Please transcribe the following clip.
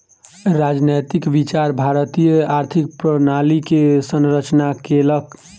राजनैतिक विचार भारतीय आर्थिक प्रणाली के संरचना केलक